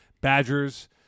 badgers